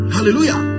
Hallelujah